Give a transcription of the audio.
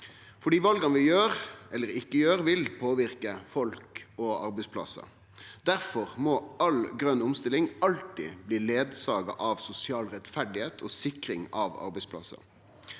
for dei vala vi gjer eller ikkje gjer, vil påverke folk og arbeidsplassar. Difor må all grøn omstilling alltid bli følgd av sosial rettferd og sikring av arbeidsplassar.